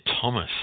Thomas